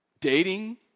dating